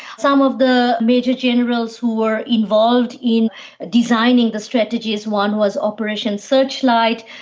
some of the major generals who were involved in designing the strategies, one was operation searchlight,